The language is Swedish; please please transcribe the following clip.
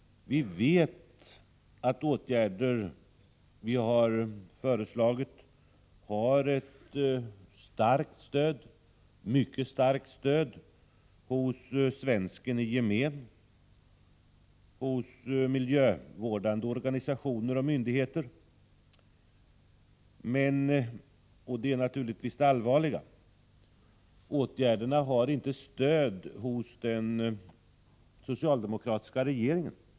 Vi vet att de åtgärder vi har föreslagit har ett mycket starkt stöd hos svensken i gemen och hos miljövårdande organisationer och myndigheter. Men — och det är naturligtvis det allvarliga — åtgärderna har inte stöd hos den socialdemokratiska regeringen.